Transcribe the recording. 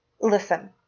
Listen